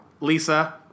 Lisa